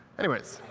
anyways,